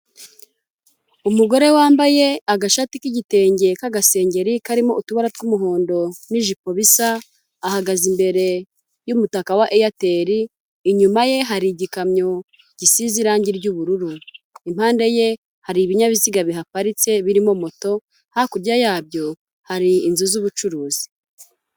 Umugore wambaye agashati k'igitenge k'agasengeri karimo utubara tw'umuhondo n'ijipo bisa. Ahagaze imbere y'umutaka wa eyateli, inyuma ye ihari igikamyo gisize irangi ry'ubururu, impande ye hari ibinyabiziga bihaparitse birimo moto, hakurya yabyo hari inzu z'ubucuruzi.